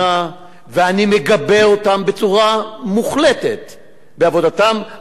ואני מגבה אותם בצורה מוחלטת בעבודתם הלא-פשוטה,